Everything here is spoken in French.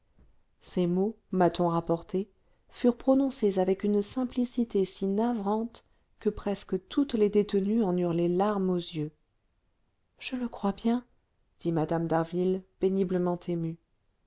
ces mots m'a-t-on rapporté furent prononcés avec une simplicité si navrante que presque toutes les détenues en eurent les larmes aux yeux je le crois bien dit mme d'harville péniblement émue